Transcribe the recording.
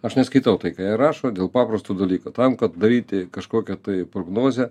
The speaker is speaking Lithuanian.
aš neskaitau tai ką jie rašo dėl paprastų dalykų tam kad daryti kažkokią tai prognozę